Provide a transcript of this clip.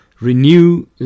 renew